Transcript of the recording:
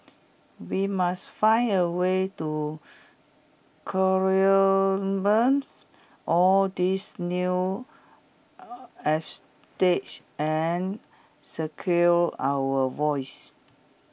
we must find A way to all these new and secure our votes